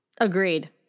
Agreed